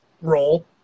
role